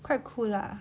quite cool lah